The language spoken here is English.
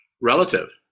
relative